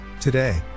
Today